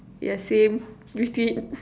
yeah same between